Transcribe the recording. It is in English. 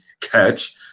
catch